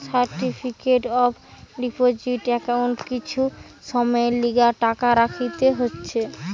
certificate of deposit একাউন্টে কিছু সময়ের লিগে টাকা রাখা হতিছে